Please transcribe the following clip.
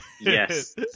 Yes